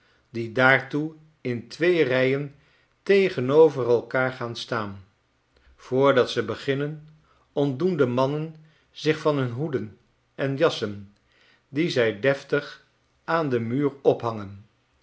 die daartoe in twee rijen tegenover elkaar gaan staan yoordat ze beginnen ontdoen de mannen zich van hun hoeden en jassen die zij deftig aan den muur ophangen